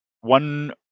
one